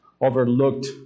overlooked